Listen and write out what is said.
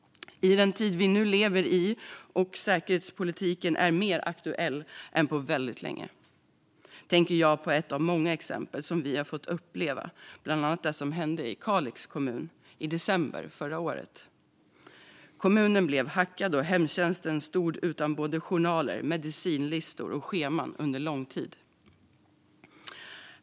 I den tid vi nu lever, där säkerhetspolitiken är mer aktuell än på väldigt länge, tänker jag på ett av många exempel som vi har fått uppleva. Det gäller det som hände i Kalix kommun i december förra året. Kommunen blev hackad, och hemtjänsten stod utan både journaler, medicinlistor och scheman under lång tid.